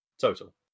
Total